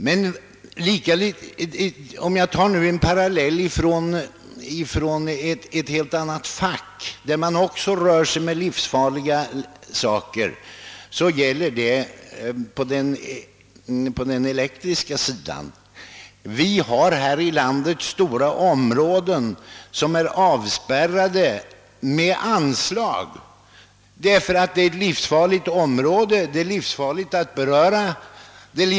Jag kan därvid dra en parallell med ett helt annat fack som också rör livsfarliga föremål, nämligen elektriska anläggningar. Stora områden här i landet är avspärrade emedan det är livsfarligt att beträda dem.